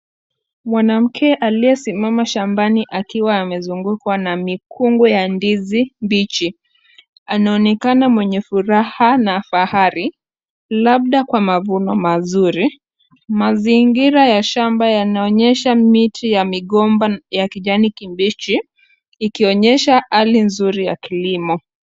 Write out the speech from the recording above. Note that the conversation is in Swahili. Mwanamke aliyesimama shambani akiwa amezungukwa na mikungu ya ndizi mbichi. Anaonekana mwenye furaha na fahari. Labda kwa mavuno mazuri. Mazingira ya shamba yanaonyesha miti ya migomba ya kijani kibichi ikionyesha hali nzuri ya kilimo.